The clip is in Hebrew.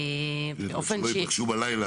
-- שלא יתרחשו בלילה,